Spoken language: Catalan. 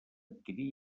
adquirir